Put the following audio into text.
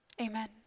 Amen